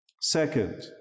Second